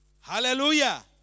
Hallelujah